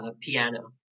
piano